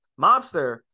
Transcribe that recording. mobster